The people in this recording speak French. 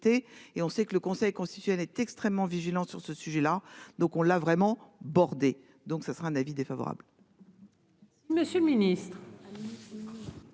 et on sait que le Conseil constitutionnel est extrêmement vigilante sur ce sujet-là, donc on l'a vraiment bordé. Donc ce sera un avis défavorable.